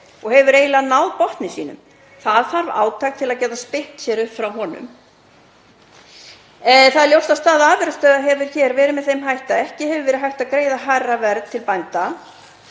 og hefur eiginlega náð botni sínum. Það þarf átak til að geta spyrnt sér upp frá honum. Það er ljóst að staða afurðastöðva hér hefur verið með þeim hætti að ekki hefur verið hægt að greiða hærra verð til bænda